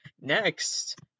Next